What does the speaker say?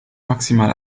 maximal